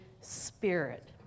spirit